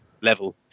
Level